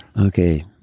Okay